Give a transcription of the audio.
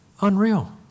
Unreal